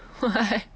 why